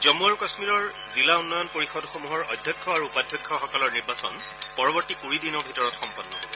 জন্মু আৰু কাশ্মীৰৰ জিলা উন্নয়ন পৰিষদসমূহৰ অধ্যক্ষ আৰু উপাধ্যক্ষসকলৰ নিৰ্বাচন পৰৱৰ্তী কুৰি দিনৰ ভিতৰত সম্পন্ন হ'ব